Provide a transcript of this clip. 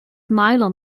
nylon